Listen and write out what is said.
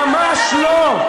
ממש לא.